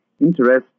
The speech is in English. Interest